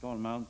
Fru talman!